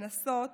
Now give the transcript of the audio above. לנסות